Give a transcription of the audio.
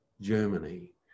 Germany